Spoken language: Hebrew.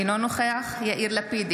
אינו נוכח יאיר לפיד,